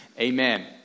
Amen